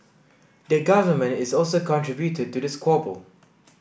the Government is also contributed to the squabble